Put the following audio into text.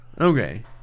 Okay